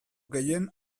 gehien